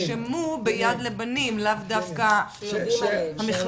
שנרשמו ביד לבנים, לאו דווקא המכלול.